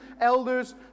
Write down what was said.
elders